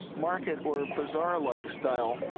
market or bazaar-like style,